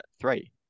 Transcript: three